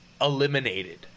eliminated